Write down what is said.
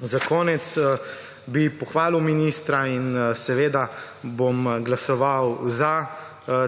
Za konec bi pohvalil ministra in seveda bom glasoval za